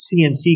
CNC